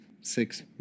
six